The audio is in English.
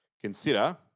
consider